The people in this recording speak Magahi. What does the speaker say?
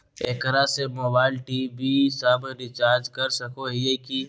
एकरा से मोबाइल टी.वी सब रिचार्ज कर सको हियै की?